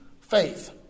faith